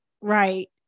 right